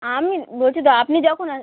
আমি বলছি তো আপনি যখন আ